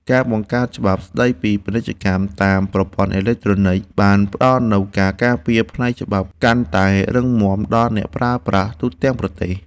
ការបង្កើតច្បាប់ស្តីពីពាណិជ្ជកម្មតាមប្រព័ន្ធអេឡិចត្រូនិកបានផ្តល់នូវការការពារផ្នែកច្បាប់កាន់តែរឹងមាំដល់អ្នកប្រើប្រាស់ទូទាំងប្រទេស។